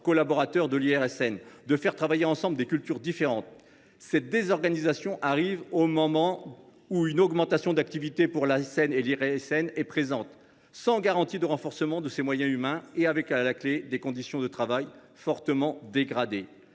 collaborateurs de l’IRSN et de faire travailler ensemble des cultures différentes. Cette désorganisation arrive à un moment où l’activité de l’ASN et de l’IRSN augmente, sans garantie de renforcement des moyens humains, avec à la clé des conditions de travail fortement dégradées.